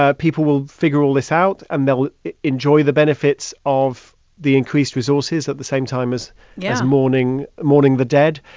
ah people will figure all this out and they will enjoy the benefits of the increased resources at the same time as yeah mourning mourning the dead.